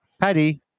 Paddy